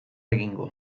egingo